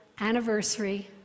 anniversary